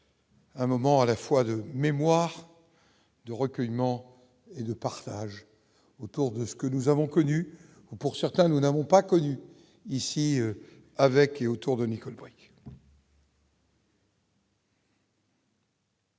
Un moment à la fois de mémoire de recueillement et de partage autour de ce que nous avons connues pour certains, nous n'avons pas connu ici avec et autour de Nicole.